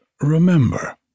remember—